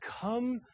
come